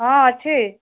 ହଁ ଅଛି